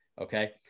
Okay